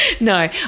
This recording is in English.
No